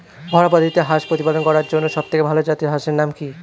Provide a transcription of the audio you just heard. ঘরোয়া পদ্ধতিতে হাঁস প্রতিপালন করার জন্য সবথেকে ভাল জাতের হাঁসের নাম কি?